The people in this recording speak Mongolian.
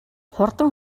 хурдан